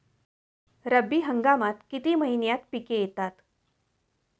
रब्बी हंगामात किती महिन्यांत पिके येतात?